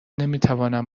نمیتوانم